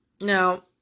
Now